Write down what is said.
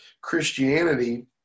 Christianity